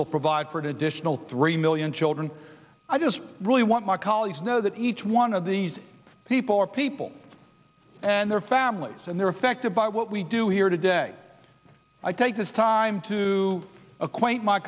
will provide for an additional three million children i just really want my colleagues know that each one of these people are people and their families and they're affected by what we do here today i take this time time to acquaint my